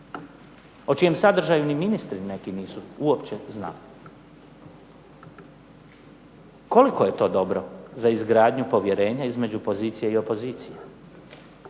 o čijem sadržaju ni ministri neki nisu uopće znali. Koliko je to dobro za izgradnju povjerenja između pozicije i opozicije?